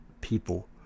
People